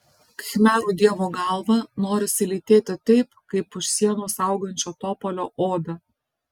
khmerų dievo galvą norisi lytėti taip kaip už sienos augančio topolio odą